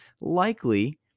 Likely